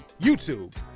YouTube